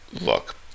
Look